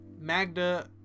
magda